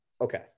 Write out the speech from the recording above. Okay